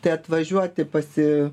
tai atvažiuoti pasi